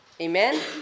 Amen